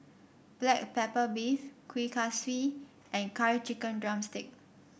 Black Pepper Beef Kuih Kaswi and Curry Chicken drumstick